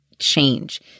change